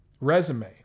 resume